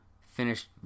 finished